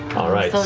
right, so,